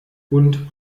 und